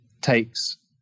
takes